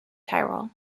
tyrol